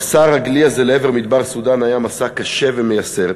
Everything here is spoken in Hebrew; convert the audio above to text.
המסע הרגלי לעבר מדבר סודאן היה מסע קשה ומייסר,